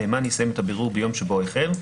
נאמן יסיים את הבירור ביום שבו החל,